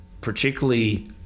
particularly